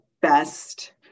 best